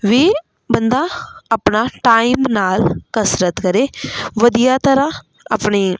ਵੀ ਬੰਦਾ ਆਪਣਾ ਟਾਈਮ ਨਾਲ ਕਸਰਤ ਕਰੇ ਵਧੀਆ ਤਰ੍ਹਾਂ ਆਪਣੇ